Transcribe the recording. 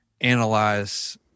analyze